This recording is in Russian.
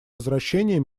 возвращение